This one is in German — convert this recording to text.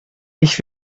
ich